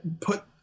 put